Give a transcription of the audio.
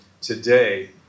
today